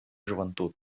joventut